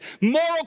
Moral